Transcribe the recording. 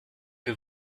que